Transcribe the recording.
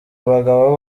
bagabo